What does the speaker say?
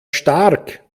stark